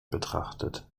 betrachtet